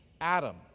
Adam